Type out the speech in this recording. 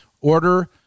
order